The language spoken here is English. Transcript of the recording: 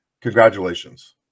congratulations